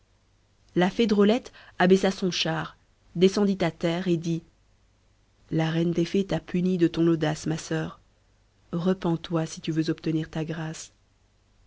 la fée drôlette abaissa son char descendit a terre et dit la reine des fées t'a punie de ton audace ma soeur repens-toi si tu veux obtenir ta grâce